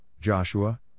Joshua